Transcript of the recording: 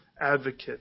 advocate